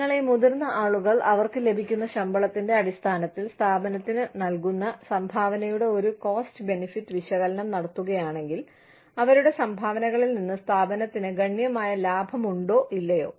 നിങ്ങൾ ഈ മുതിർന്ന ആളുകൾ അവർക്ക് ലഭിക്കുന്ന ശമ്പളത്തിന്റെ അടിസ്ഥാനത്തിൽ സ്ഥാപനത്തിന് നൽകുന്ന സംഭാവനയുടെ ഒരു കോസ്റ്റ് ബെനിഫിറ്റ് വിശകലനം നടത്തുകയാണെങ്കിൽ അവരുടെ സംഭാവനകളിൽ നിന്ന് സ്ഥാപനത്തിന് ഗണ്യമായ ലാഭമുണ്ടോ ഇല്ലയോ